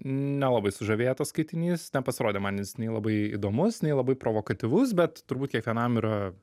nelabai sužavėjo tas skaitinys nepasirodė man jis nei labai įdomus nei labai provokatyvus bet turbūt kiekvienam yra